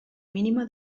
mínima